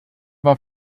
war